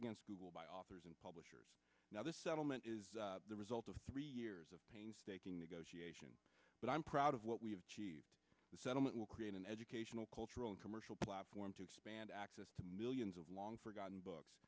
against google by authors and publishers now this settlement is the result of three years of painstaking negotiation but i'm proud of what we've achieved the settlement will create an educational cultural and commercial platform to expand access to millions of long forgotten books